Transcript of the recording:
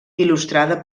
il·lustrada